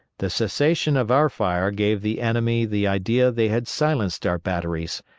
the cessation of our fire gave the enemy the idea they had silenced our batteries,